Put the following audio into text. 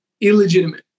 illegitimate